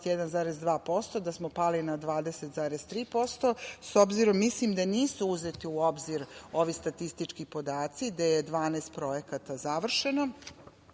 21,2%, da smo pali na 20,3%. Mislim da nisu uzeti u obzir ovi statistički podaci, gde je 12 projekata završeno. Mislim